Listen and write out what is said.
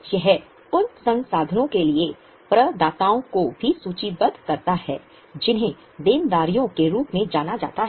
यह उन संसाधनों के लिए प्रदाताओं को भी सूचीबद्ध करता है जिन्हें देनदारियों के रूप में जाना जाता है